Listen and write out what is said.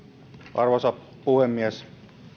arvoisa puhemies